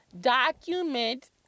document